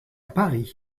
paris